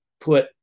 put